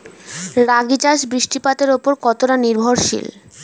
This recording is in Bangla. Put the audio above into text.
রাগী চাষ বৃষ্টিপাতের ওপর কতটা নির্ভরশীল?